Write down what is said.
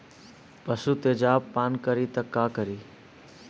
पशु तेजाब पान करी त का करी?